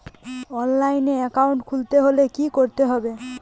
অনলাইনে একাউন্ট খুলতে হলে কি করতে হবে?